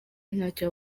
ntacyo